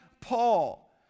Paul